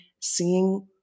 seeing